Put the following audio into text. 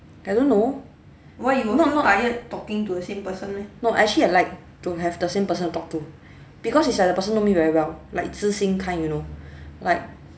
I don't know not not no actually I like to have the same person to talk to because it's like the person know me very well like 知心 kind you know like